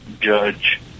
judge